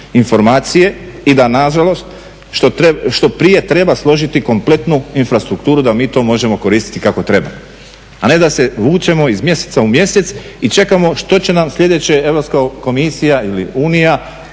informacije i da nažalost što prije treba složiti kompletnu infrastrukturu da mi to možemo koristiti kako treba, a ne da se vučemo iz mjeseca u mjesec i čekamo što će nam sljedeće Europska komisija ili unija